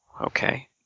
Okay